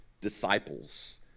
disciples